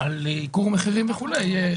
לגבי ייקור מחירים וכולי.